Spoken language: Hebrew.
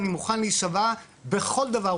אני מוכן להישבע בכל דבר,